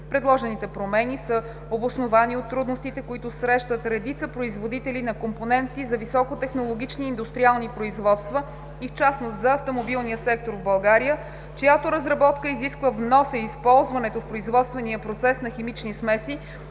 Предложените промени са обосновани от трудностите, които срещат редица производители на компоненти за високотехнологични индустриални производства и в частност за автомобилния сектор в България, чиято изработка изисква вноса и използването в производствения процес на химични смеси,